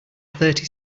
thirty